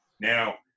now